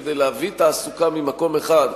כדי להביא תעסוקה ממקום אחד,